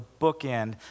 bookend